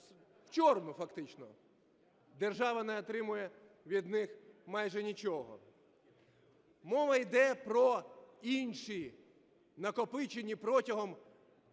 вчорну" фактично. Держава не отримує від них майже нічого. Мова йде про інші, накопичені протягом